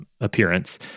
appearance